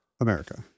America